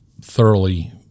thoroughly